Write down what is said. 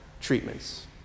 treatments